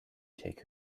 take